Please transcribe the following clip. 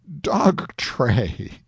dog-tray